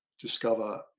discover